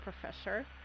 professor